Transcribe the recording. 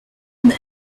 the